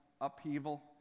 upheaval